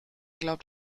glaubt